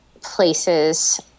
places